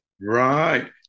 Right